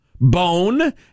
bone